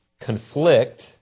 conflict